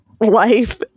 life